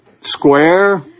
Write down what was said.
square